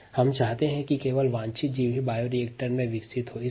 क्युंकि हम चाहते हैं कि केवल वांछित जीव ही बायोरिएक्टर में विकसित हों